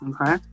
Okay